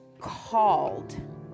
called